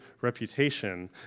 reputation